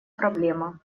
проблема